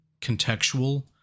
contextual